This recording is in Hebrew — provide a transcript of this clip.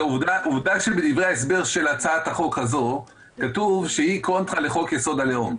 עובדה שבדברי ההסבר להצעת החוק הזו כתוב שהיא קונטרה לחוק יסוד: הלאום,